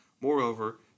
Moreover